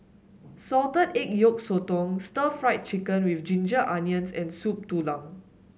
Salted Egg Yolk Sotong Stir Fried Chicken with Ginger Onions and Soup Tulang